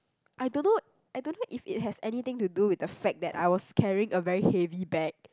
I don't know I don't know if it has anything to do with the fact that I was carrying a very heavy bag